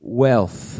wealth